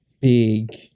big